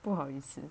不好意思